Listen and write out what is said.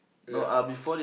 yeah uh